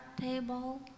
table